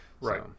right